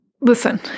Listen